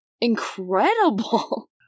incredible